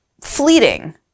fleeting